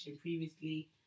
previously